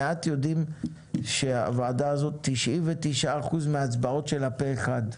שמעט יודעים שהוועדה הזאת 99% מההצבעות שלה פה אחד.